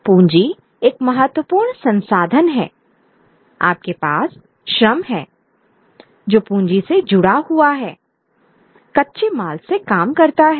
पूंजी एक महत्वपूर्ण संसाधन है आपके पास श्रम है जो पूंजी से जुड़ा हुआ है कच्चे माल से काम करता है